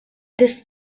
this